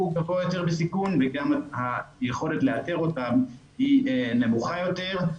גבוה יותר וגם היכולת לאתר אותם היא נמוכה יותר.